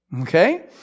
Okay